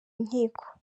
nkiko